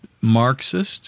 Marxist